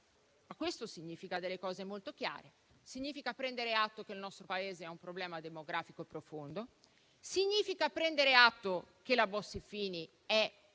Ma questo significa delle cose molto chiare: significa prendere atto che il nostro Paese ha un problema demografico profondo, significa prendere atto che la Bossi-Fini è una legge inadeguata